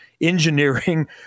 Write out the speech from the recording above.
engineering